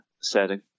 setting